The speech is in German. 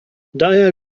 daher